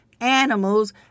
animals